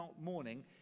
morning